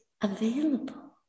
available